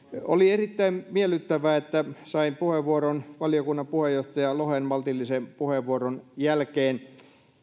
oli erittäin miellyttävää että sain puheenvuoron valiokunnan puheenjohtaja lohen maltillisen puheenvuoron jälkeen